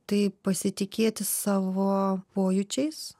tai pasitikėti savo pojūčiais